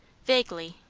vaguely,